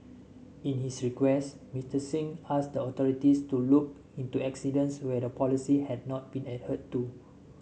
in his request Mister Singh asked the authorities to look into incidents where the policy had not been adhered to